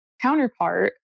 counterpart